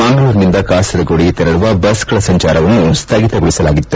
ಮಂಗಳೂರಿನಿಂದ ಕಾಸರಗೋಡಿಗೆ ತೆರಳುವ ಬಸ್ಗಳ ಸಂಚಾರವನ್ನು ಸ್ವಗಿತಗೊಳಿಸಲಾಗಿತ್ತು